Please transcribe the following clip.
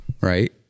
right